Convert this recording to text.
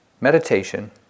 meditation